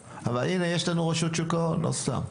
הנה יש לנו רשות שוק ההון, לא סתם.